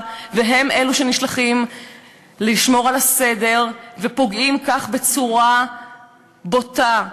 והם שנשלחים לשמור על הסדר ופוגעים כך בצורה בוטה,